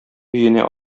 өенә